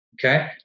okay